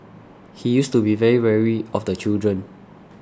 he used to be very wary of the children